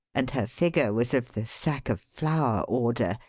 and her figure was of the sack of flour order,